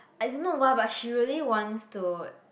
I don't know why but she really wants to